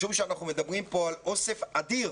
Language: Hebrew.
אנחנו מדברים כאן על אוסף אדיר